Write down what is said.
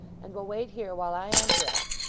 and will wait here while i undress,